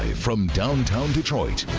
from downtown detroit,